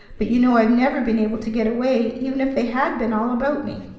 but you know i've never been able to get away, even if they had been all about me.